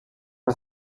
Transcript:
pas